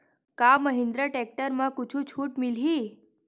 का महिंद्रा टेक्टर म कुछु छुट मिलही?